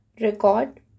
Record